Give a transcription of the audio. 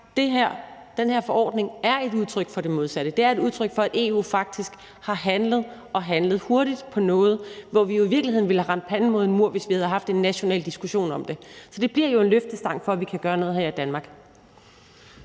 den her forordning er et udtryk for det modsatte. Det er et udtryk for, at EU faktisk har handlet – og har handlet hurtigt – på noget, hvor vi i virkeligheden ville have ramt panden mod en mur, hvis vi havde haft en national diskussion om det. Så det bliver jo en løftestang for, at vi kan gøre noget her i Danmark.